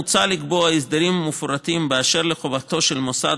מוצע לקבוע הסדרים מפורטים בכל הקשור לחובתו של מוסד